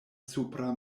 supra